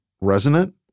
resonant